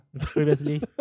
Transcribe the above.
previously